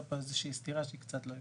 פה איזה שהיא סתירה שהיא קצת לא הגיונית.